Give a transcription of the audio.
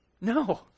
No